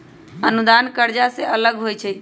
अनुदान कर्जा से अलग होइ छै